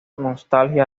nostalgia